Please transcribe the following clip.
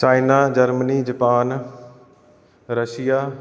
China Germany Japan Russia